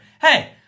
Hey